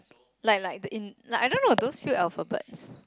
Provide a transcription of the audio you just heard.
like like the in like I don't those few alphabets